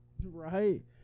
Right